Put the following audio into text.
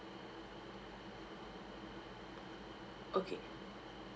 okay